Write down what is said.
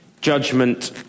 judgment